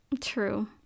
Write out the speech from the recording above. true